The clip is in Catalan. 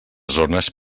zones